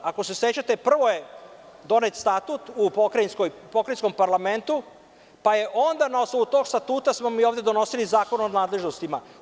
Ako se sećate, prvo je donet Statut u Pokrajinskom parlamentu, pa se onda na osnovu tog Statuta donosio Zakon o nadležnostima.